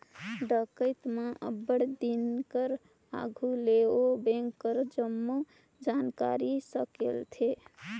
डकइत मन अब्बड़ दिन कर आघु ले ओ बेंक कर जम्मो जानकारी ल संकेलथें